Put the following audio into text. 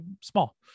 small